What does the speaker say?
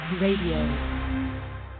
RADIO